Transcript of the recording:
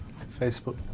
Facebook